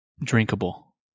drinkable